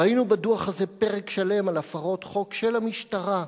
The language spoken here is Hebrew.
ראינו בדוח הזה פרק שלם על הפרות חוק של המשטרה,